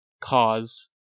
cause